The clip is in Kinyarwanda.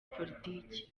politiki